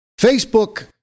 Facebook